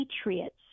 patriots